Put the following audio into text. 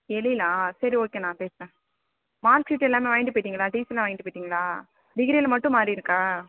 எழிலா சரி ஓகே நான் பேசுகிறேன் மார்க் ஷீட் எல்லாமே வாங்கிட்டு போயிட்டீங்களா டீசிலாம் வாங்கிட்டு போயிட்டீங்களா டிகிரியில் மட்டும் மாறிருக்கா